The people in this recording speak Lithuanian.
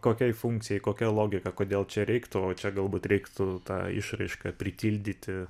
kokiai funkcijai kokia logika kodėl čia reiktų o čia galbūt reiktų tą išraišką pritildyti